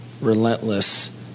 relentless